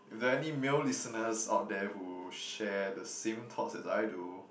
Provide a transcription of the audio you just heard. there any male listeners out there who share the same thoughts as I do